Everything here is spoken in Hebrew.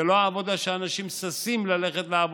זו לא עבודה שהאנשים ששים ללכת אליה.